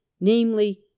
namely